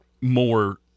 more